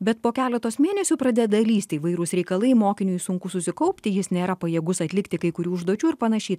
bet po keletos mėnesių pradeda lįsti įvairūs reikalai mokiniui sunku susikaupti jis nėra pajėgus atlikti kai kurių užduočių ir panašiai